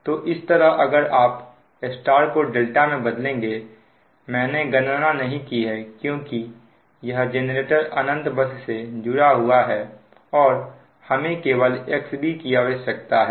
तो इस तरह अगर आप Y को ∆ में बदलेंगे मैंने गणना नहीं की है क्योंकि यह जेनरेटर अनंत बस से जुड़ा हुआ है और हमें केवल XB की आवश्यकता है